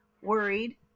worried